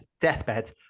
deathbed